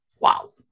Wow